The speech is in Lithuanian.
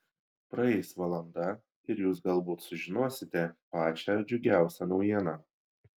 praeis valanda ir jūs galbūt sužinosite pačią džiugiausią naujieną